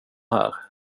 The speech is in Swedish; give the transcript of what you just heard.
här